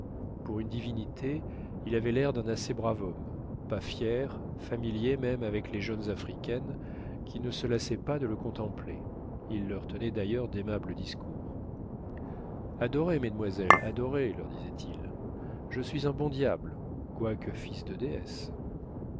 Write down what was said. pour une divinité il avait l'air d'un assez brave homme pas fier familier même avec les jeunes africaines qui ne se lassaient pas de le contempler il leur tenait d'ailleurs d'aimables discours adorez mesdemoiselles adorez leur disait-il je suis un bon diable quoique fils de